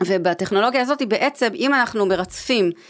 ובטכנולוגיה הזאת בעצם אם אנחנו מרצפים